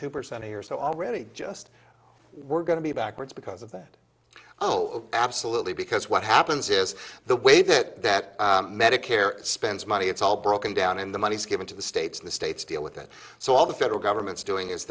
two percent a year so already just we're going to be backwards because of that oh absolutely because what happens is the way that medicare spends money it's all broken down in the money's given to the states and the states deal with it so all the federal government's doing is